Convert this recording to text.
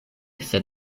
sed